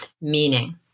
meaning